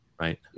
right